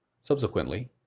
subsequently